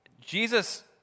Jesus